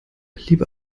liebe